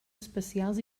especials